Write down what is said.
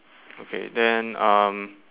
okay then um